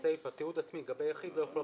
בסיפה: "תיעוד עצמי לגבי יחיד לא יכלול